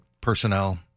personnel